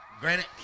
granted